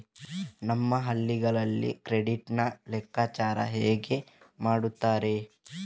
ನಮ್ಮ ಹಳ್ಳಿಗಳಲ್ಲಿ ಕ್ರೆಡಿಟ್ ನ ಲೆಕ್ಕಾಚಾರ ಹೇಗೆ ಮಾಡುತ್ತಾರೆ?